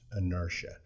inertia